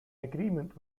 agreement